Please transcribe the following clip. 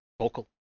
vocal